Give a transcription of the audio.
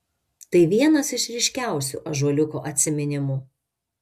tai vienas iš ryškiausių ąžuoliuko atsiminimų